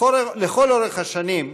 לכל אורך השנים,